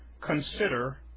consider